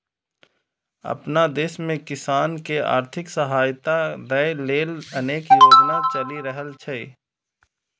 अपना देश मे किसान कें आर्थिक सहायता दै लेल अनेक योजना चलि रहल छै